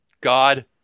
God